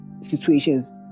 situations